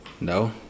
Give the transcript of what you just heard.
No